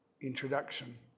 introduction